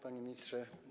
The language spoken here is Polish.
Panie Ministrze!